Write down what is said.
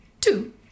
two